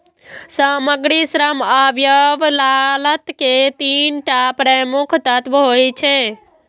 सामग्री, श्रम आ व्यय लागत के तीन टा प्रमुख तत्व होइ छै